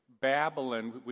Babylon